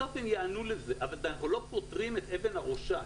בסוף הם יענו לזה אבל אנחנו לא פותרים את אבן הראשה,